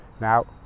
now